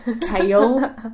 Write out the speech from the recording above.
kale